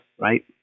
right